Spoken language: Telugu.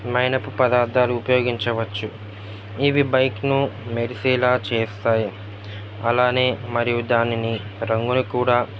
మైనపు పదార్థాలు ఉపయోగించవచ్చు ఇవి బైక్ను మెరిసేలా చేస్తాయి అలానే మరియు దానిని రంగుని కూడా